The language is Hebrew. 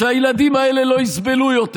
שהילדים האלה לא יסבלו יותר.